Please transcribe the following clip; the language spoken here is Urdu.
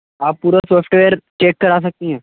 آپ پورا سوفٹ ویئر چیک کرا سکتی ہیں